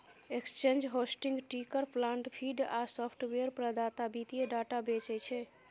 exchange, hosting, ticker plant feed आ software प्रदाता वित्तीय डाटा बेचै छै